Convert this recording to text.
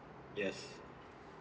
yes